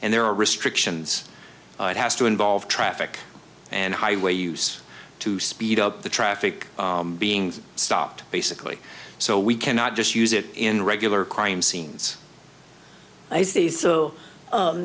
and there are restrictions it has to involve traffic and highway use to speed up the traffic being stopped basically so we cannot just use it in regular crime scenes i see so